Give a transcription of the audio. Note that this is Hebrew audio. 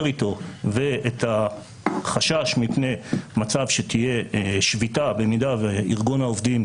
איתו ואת החשש מפני מצב שתהיה שביתה במידה וארגון העובדים,